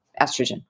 estrogen